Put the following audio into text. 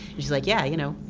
she was like yeah, you know.